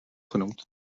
genoemd